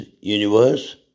universe